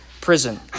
prison